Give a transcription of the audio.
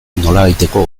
nolabaiteko